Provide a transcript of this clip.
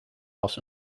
was